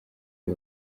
uyu